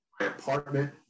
apartment